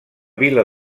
vila